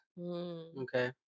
Okay